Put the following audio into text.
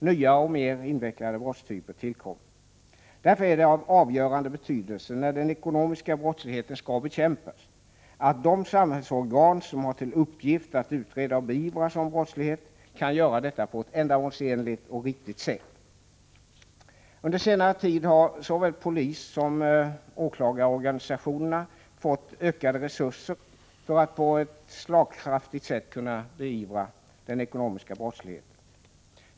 Nya och mer invecklade brottstyper tillkommer. Därför är det av avgörande betydelse när den ekonomiska brottsligheten skall bekämpas att de samhällsorgan som har till uppgift att utreda och beivra sådan brottslighet kan göra detta på ett ändamålsenligt och riktigt sätt. Under senare tid har såväl polissom åklagarorganisationerna fått ökade resurser för att på ett slagkraftigt sätt kunna beivra den ekonomiska brottsligheten.